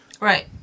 Right